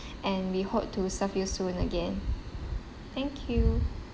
and we hope to serve you soon again thank you